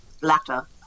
latter